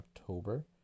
October